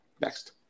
Next